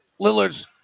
Lillard's